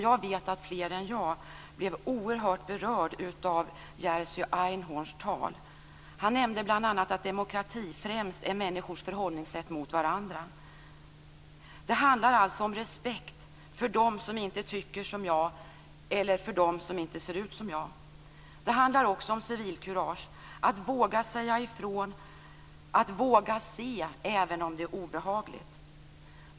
Jag vet att fler än jag blev oerhört berörda av Jerzy Einhorns tal. Han nämnde bl.a. att demokrati främst är människors förhållningssätt mot varandra. Det handlar alltså om respekt för dem som inte tycker som jag eller för dem som inte ser ut som jag. Det handlar också om civilkurage, att våga säga ifrån, att våga se även om det är obehagligt.